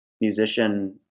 musician